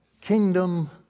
kingdom